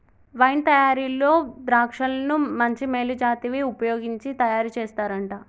wine తయారీలో ద్రాక్షలను మంచి మేలు జాతివి వుపయోగించి తయారు చేస్తారంట